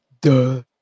duh